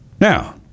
Now